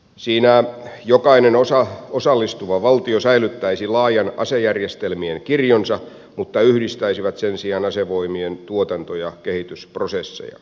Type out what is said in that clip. siinä jokainen osallistuva valtio säilyttäisi laajan asejärjestelmien kirjonsa mutta ne yhdistäisivät sen sijaan asevoimien tuotanto ja kehitysprosesseja